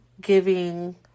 giving